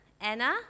Anna